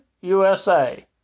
USA